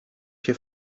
się